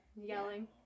Yelling